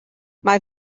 mae